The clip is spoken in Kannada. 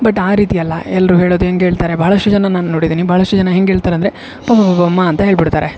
ಬಟ್ ಆ ರೀತಿ ಅಲ್ಲ ಎಲ್ಲರು ಹೇಳೋದು ಹೆಂಗೆ ಹೇಳ್ತಾರೆ ಬಹಳಷ್ಟು ಜನ ನಾನು ನೋಡಿದ್ದೀನಿ ಬಹಳಷ್ಟು ಜನ ಹೆಂಗೆ ಹೇಳ್ತಾರಂದರೆ ಪ ಪ ಬ ಬ ಮ ಅಂತ ಹೇಳ್ಬಿಡ್ತಾರೆ